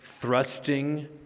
thrusting